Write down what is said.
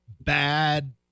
bad